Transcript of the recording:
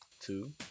Two